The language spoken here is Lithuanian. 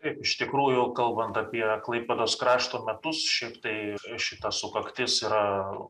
taip iš tikrųjų kalbant apie klaipėdos krašto metus šiaip tai šita sukaktis yra